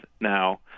now